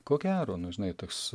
ko gero nu žinai toks